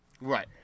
Right